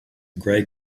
grey